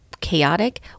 chaotic